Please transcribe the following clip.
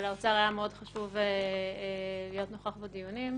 ולאוצר היה מאוד חשוב להיות נוכח בדיונים,